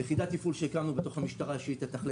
הקמנו יחידת תפעול בתוך המשטרה שתתכלל